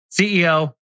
CEO